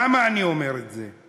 למה אני אומר את זה?